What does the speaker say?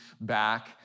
back